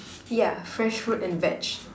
yeah fresh fruit and veg